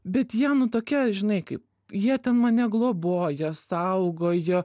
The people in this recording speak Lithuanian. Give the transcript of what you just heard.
bet jie nu tokie žinai kaip jie ten mane globojo saugojo